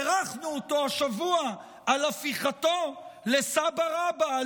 בירכנו אותו השבוע על הפיכתו לסבא-רבא,